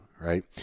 right